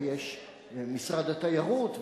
ויש משרד התיירות,